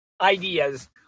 ideas